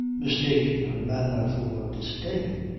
mistaking her manner for disdain,